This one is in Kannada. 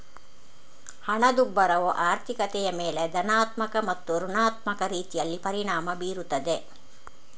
ಹಣದುಬ್ಬರವು ಆರ್ಥಿಕತೆಯ ಮೇಲೆ ಧನಾತ್ಮಕ ಮತ್ತು ಋಣಾತ್ಮಕ ರೀತಿಯಲ್ಲಿ ಪರಿಣಾಮ ಬೀರುತ್ತದೆ